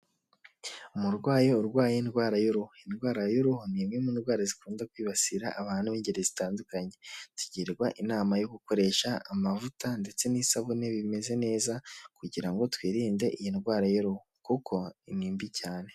Umurwayi urwaye indwara y'uruhu. Indwara y'uruhu ni imwe mu ndwara zikunda kwibasira abantu b'ingeri zitandukanye. Tugirwa inama yo gukoresha amavuta ndetse n'isabune bimeze neza kugira ngo twirinde iyi ndwara y'uruhu. Kuko ni mbi cyane.